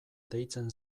deitzen